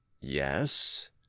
Yes